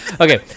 Okay